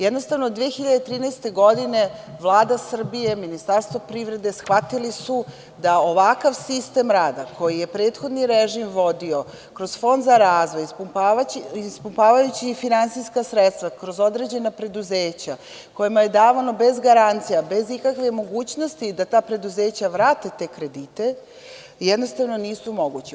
Jednostavno, 2013. godine Vlada Srbije, Ministarstvo privrede, shvatili su da ovakav sistem rada koji je prethodni režim vodio kroz Fond za razvoj ispumpavajući finansijska sredstva kroz određena preduzeća, kojima je davano bez garancija, bez ikakve mogućnosti da ta preduzeća vrate te kredite, jednostavno nisu mogući.